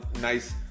nice